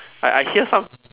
I I hear some